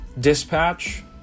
dispatch